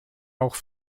auch